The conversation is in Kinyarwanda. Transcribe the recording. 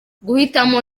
guhitamo